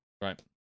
Right